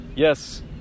Yes